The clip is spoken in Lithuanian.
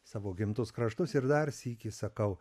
savo gimtus kraštus ir dar sykį sakau